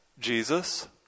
Jesus